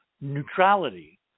neutrality